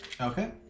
Okay